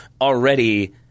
already